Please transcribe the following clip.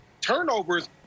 turnovers